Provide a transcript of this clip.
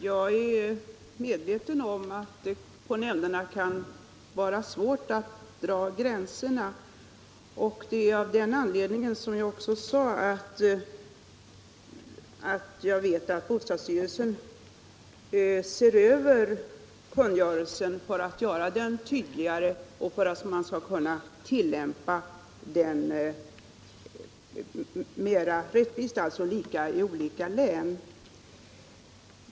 Herr talman! Jag är medveten om att det på nämnderna kan vara svårt att dra gränserna. Men som jag nämnt ser bostadsstyrelsen över kungörelsen för att göra den tydligare, så att den kan tillämpas likadant i olika län.